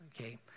Okay